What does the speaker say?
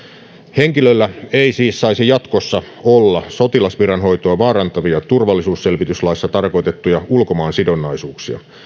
henkilöllä ei siis saisi jatkossa olla sotilasviran hoitoa vaarantavia turvallisuusselvityslaissa tarkoitettuja ulkomaansidonnaisuuksia